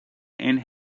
and